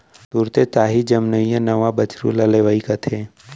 तुरते ताही जनमइया नवा बछरू ल लेवई कथें